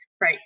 right